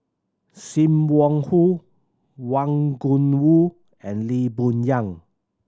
Sim Wong Hoo Wang Gungwu and Lee Boon Yang